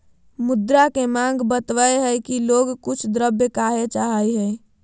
मुद्रा के माँग बतवय हइ कि लोग कुछ द्रव्य काहे चाहइ हइ